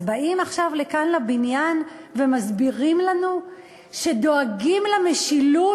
אז באים עכשיו לכאן לבניין ומסבירים לנו שדואגים למשילות,